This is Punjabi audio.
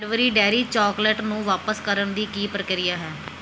ਕੈਡਬਰੀ ਡੈਰੀ ਚੋਕਲੇਟ ਨੂੰ ਵਾਪਸ ਕਰਨ ਦੀ ਕੀ ਪ੍ਰਕਿਰਿਆ ਹੈ